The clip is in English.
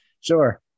sure